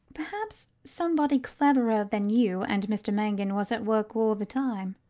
perhaps somebody cleverer than you and mr mangan was at work all the time.